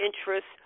interests